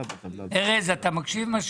ארז, את המקשיב.